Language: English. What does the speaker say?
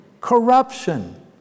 Corruption